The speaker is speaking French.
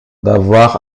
d’avoir